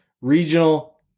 regional